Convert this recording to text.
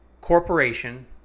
corporation